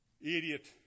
idiot